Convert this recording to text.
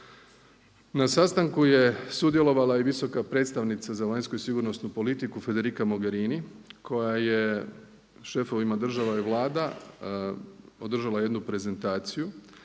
Na sastanku je sudjelovala i visoka predstavnica za vanjsku i sigurnosnu politiku Federica Mogherini koja je šefovima država i vlada održala jednu prezentaciju